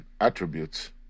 Attributes